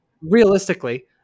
Realistically